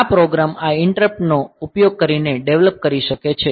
આ પ્રોગ્રામ આ ઈંટરપ્ટ નો ઉપયોગ કરીને ડેવલપ કરી શકે છે